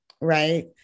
Right